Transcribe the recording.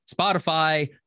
Spotify